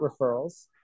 referrals